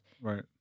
Right